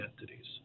entities